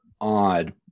odd